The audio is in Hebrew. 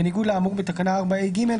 בניגוד לאמור בתקנה 5ה(ג)".